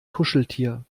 kuscheltier